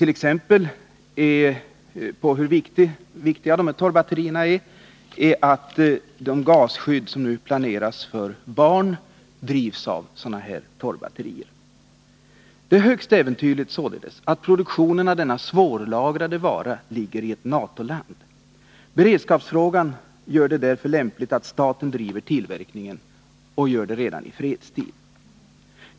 Som exempel på hur viktiga dessa torrbatterier är kan anföras att de gasskydd som nu planeras för barn drivs med dylika torrbatterier. Det är således högst äventyrligt att produktionen av denna svårlagrade vara sker i ett NATO-land. Beredskapsaspekten gör det därför lämpligt att staten driver tillverkningen — och gör det redan i fredstid.